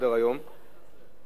הישיבה הבאה תתקיים,